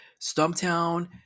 Stumptown